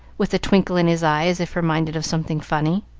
with a twinkle in his eye, as if reminded of something funny.